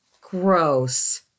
Gross